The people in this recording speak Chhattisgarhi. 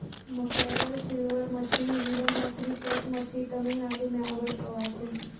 मकैरल, सिल्वर मछरी, रिबन मछरी, कैट मछरी तमिलनाडु में अब्बड़ पवाथे